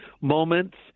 moments